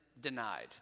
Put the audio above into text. denied